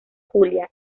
julia